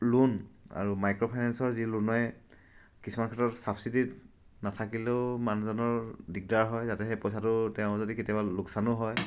loan আৰু micro ফাইনেন্সৰ যি লোণে কিছুমান ক্ষেত্ৰত ছাবচিডিত নাথাকিলেও মানুহজনৰ দিগদাৰ হয় যাতে সেই পইচাটো তেওঁ যদি কেতিয়াবা লোকচানো হয়